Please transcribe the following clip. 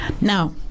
Now